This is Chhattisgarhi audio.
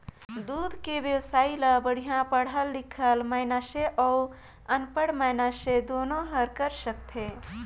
दूद के बेवसाय ल बड़िहा पड़हल लिखल मइनसे अउ अनपढ़ मइनसे दुनो हर कर सकथे